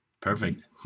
Perfect